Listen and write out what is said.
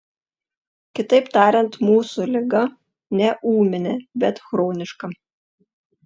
kitaip tariant mūsų liga ne ūminė bet chroniška